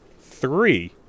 three